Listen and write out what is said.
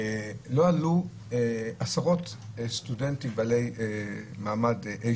אתמול לא עלו עשרות סטודנטים בעלי מעמד 2A